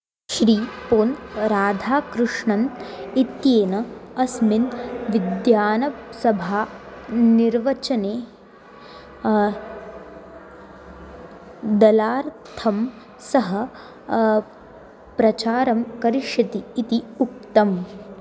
श्री पोन् राधाकृष्णन् इत्यनेन अस्मिन् विधानसभानिर्वाचने दलार्थं सः प्रचारं करिष्यति इति उक्तम्